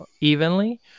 evenly